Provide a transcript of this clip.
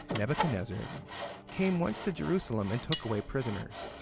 nebuchadnezzar came once to jerusalem and took away prisoners,